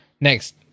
next